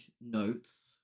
notes